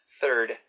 third